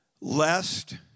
Lest